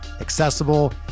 accessible